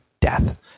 death